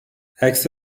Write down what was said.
عکس